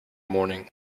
morning